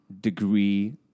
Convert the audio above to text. degree